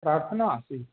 प्रार्थना आसीत्